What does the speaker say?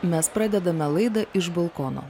mes pradedame laidą iš balkono